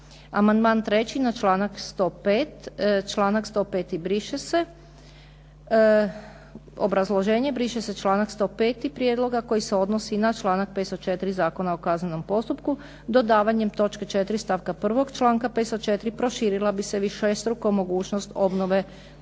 briše se članak 105. prijedloga koji se odnosi na članak 504. Zakona o kaznenom postupku dodavanjem točke 4. stavka 1., članka 504. proširila bi se višestruka mogućnost obnove postupka